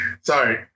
sorry